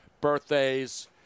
Birthdays